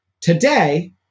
Today